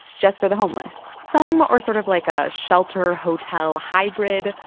just for the homeless some are sort of like a shelter-hotel hybrid.